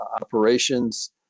operations